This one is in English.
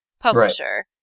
publisher